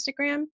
Instagram